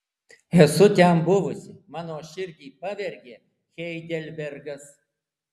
esu ten buvusi mano širdį pavergė heidelbergas